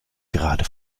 gerade